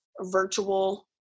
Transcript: virtual